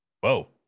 whoa